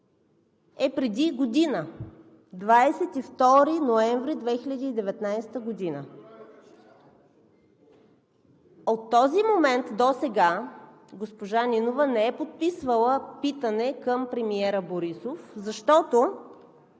е преди година – 22 ноември 2019 г. От този момент досега госпожа Нинова не е подписвала питане към премиера Борисов, защото